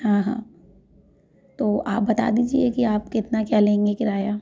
हाँ हाँ तो आप बता दीजिए कि आप कितना क्या लेंगे किराया